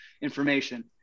information